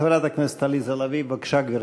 חברת הכנסת עליזה לביא, בבקשה, גברתי.